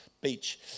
beach